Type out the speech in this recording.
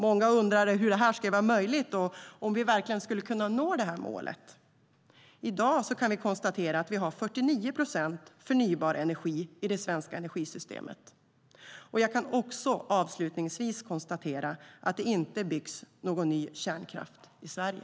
Många undrade hur det skulle vara möjligt och om vi verkligen skulle kunna nå det här målet. I dag kan vi konstatera att vi har 49 procent förnybar energi i det svenska energisystemet. Jag kan också avslutningsvis konstatera att det inte byggs någon ny kärnkraft i Sverige.